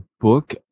book